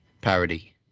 parody